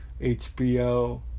HBO